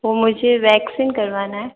वो मुझे वैक्सिंग करवाना है